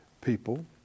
people